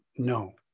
No